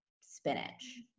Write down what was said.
spinach